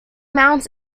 mounds